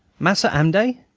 mas'r, am dey